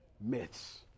Myths